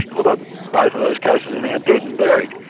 although both of those cases are now dead and buried,